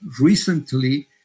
Recently